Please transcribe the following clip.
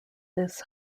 this